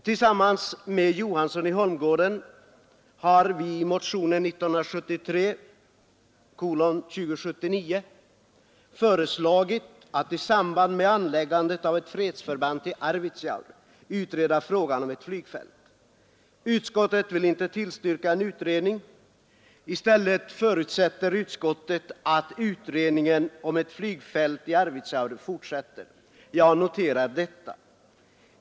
Tillsammans med herr Johansson i Holmgården har jag i motionen 2079 föreslagit att man i samband med förläggandet av ett fredsförband till Arvidsjaur skall utreda frågan om ett flygfält. Utskottet vill inte tillstyrka en utredning. I stället förutsätter utskottet att utredningen om ett flygfält i Arvidsjaur fortsätter. Jag noterar detta.